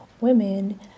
women